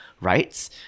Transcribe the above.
rights